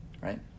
right